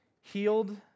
Healed